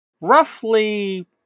roughly